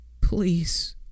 Please